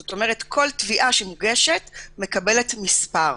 זאת אומרת: כל תביעה שמוגשת, מקבלת מספר.